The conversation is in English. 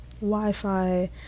Wi-Fi